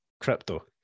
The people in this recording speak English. crypto